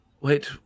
Wait